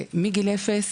מגיל אפס